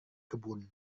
kebun